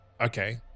Okay